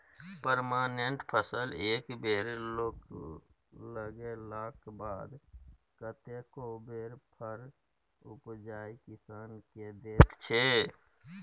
permanent फसल एक बेर लगेलाक बाद कतेको बेर फर उपजाए किसान केँ दैत छै